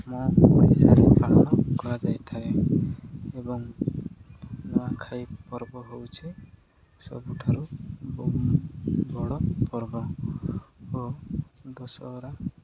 ମୁଁ ଓଡ଼ିଶାରେ ପାଳନ କରାଯାଇଥାଏ ଏବଂ ନୂଆଖାଇ ପର୍ବ ହଉଛି ସବୁଠାରୁ ବ ବଡ଼ ପର୍ବ ଓ ଦଶହରା